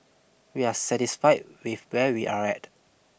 we are satisfied with where we are at